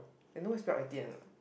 you know where is block eighteen or not